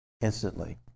instantly